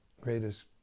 greatest